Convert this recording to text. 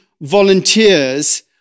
volunteers